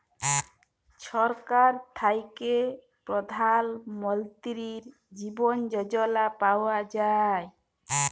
ছরকার থ্যাইকে পধাল মলতিরি জীবল যজলা পাউয়া যায়